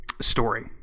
story